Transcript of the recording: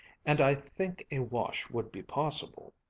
and i think a wash would be possible.